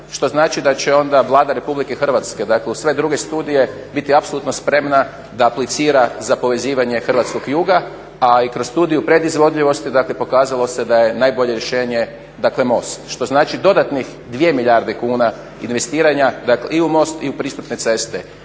što znači da će onda Vlada Republike Hrvatske, dakle uz sve druge studije biti apsolutno spremna da aplicira za povezivanje hrvatskog juga. A i kroz studiju predizvodljivosti, dakle pokazalo se da je najbolje rješenje, dakle most što znači dodatnih 2 milijarde kuna investiranja, dakle i u most i u pristupne ceste.